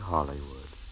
Hollywood